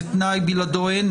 זה תנאי בלעדו אין.